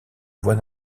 voie